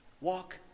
walk